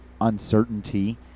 uncertainty